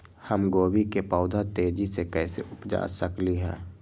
हम गोभी के पौधा तेजी से कैसे उपजा सकली ह?